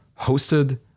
hosted